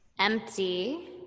empty